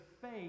faith